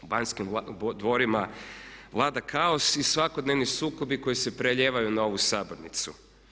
U Banjskim dvorima vlada kaos i svakodnevni sukobi koji se prelijevaju na ovu sabornicu.